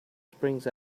springs